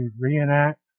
reenact